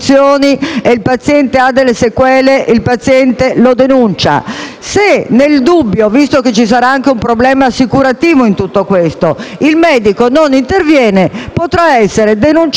Se, nel dubbio, visto che vi sarà anche un problema assicurativo in tutto questo, il medico non interverrà, potrà essere denunciato dai familiari e dal paziente stesso per omissione di soccorso.